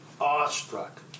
awestruck